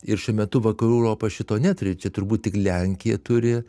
ir šiuo metu vakarų europa šito neturi čia turbūt tik lenkija turi